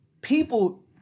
People